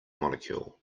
molecule